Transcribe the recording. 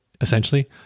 essentially